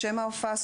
שם ההופעה,